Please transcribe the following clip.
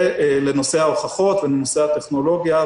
זה לנושא ההוכחות ולנושא הטכנולוגיה.